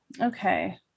Okay